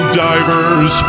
divers